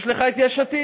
יש לך את יש עתיד,